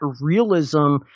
realism